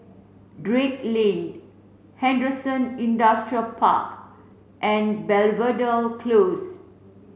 Drake Lane Henderson Industrial Park and Belvedere Close